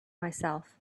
myself